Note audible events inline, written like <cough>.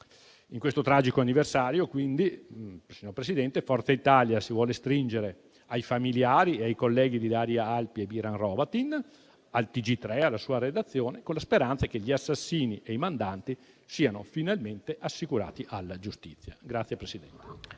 In questo tragico anniversario, quindi, signor Presidente, Forza Italia si vuole stringere ai familiari e ai colleghi di Ilaria Alpi e *Miran* Hrovatin, al TG3 e alla sua redazione, con la speranza che gli assassini e i mandanti siano finalmente assicurati alla giustizia. <applause>